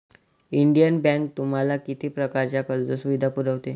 Indian Bank तुम्हाला किती प्रकारच्या कर्ज सुविधा पुरवते?